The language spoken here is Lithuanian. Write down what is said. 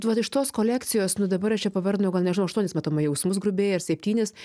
tai vat iš tos kolekcijos nu dabar aš čia pavardinau gal nežinau aštuonis matomai jausmus grubiai ar septynis